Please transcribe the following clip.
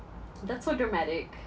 that's so dramatic